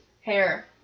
hair